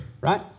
Right